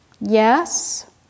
Yes